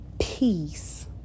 peace